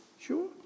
sure